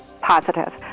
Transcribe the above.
positive